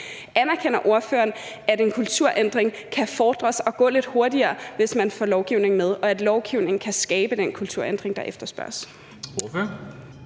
Anerkender ordføreren, at en kulturændring kan fremmes og ske lidt hurtigere, hvis man får lovgivningen med, og at lovgivning kan skabe den kulturændring, der efterspørges?